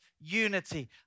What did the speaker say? unity